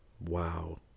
Wow